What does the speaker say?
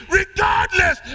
regardless